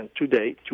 today